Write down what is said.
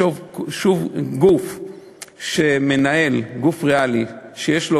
שום גוף שמנהל, גוף ריאלי, שיש לו